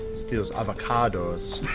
it's thios avocados.